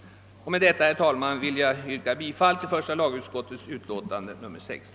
Med detta, herr talman, vill jag yrka bifall till utskottets hemställan i första lagutskottets utlåtande nr 16.